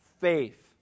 faith